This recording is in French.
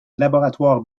laboratoires